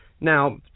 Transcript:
Now